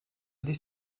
dich